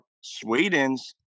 Sweden's